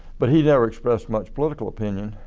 but he didn't express much political opinion.